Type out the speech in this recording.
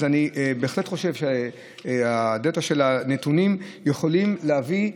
אז אני בהחלט חושב שהדאטה של הנתונים יכולה להביא,